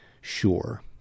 sure